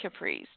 capris